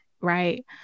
right